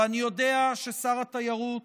ואני יודע ששר התיירות,